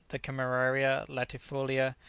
the cameraria latifolia,